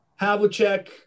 Havlicek